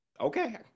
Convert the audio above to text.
okay